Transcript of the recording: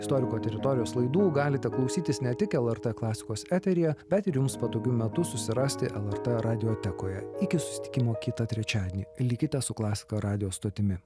istoriko teritorijos laidų galite klausytis ne tik lrt klasikos eteryje bet ir jums patogiu metu susirasti lrt radiotekoje iki susitikimo kitą trečiadienį likite su klasika radijo stotimi